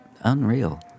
unreal